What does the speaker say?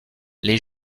les